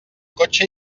cotxe